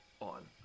on